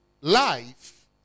life